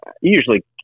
usually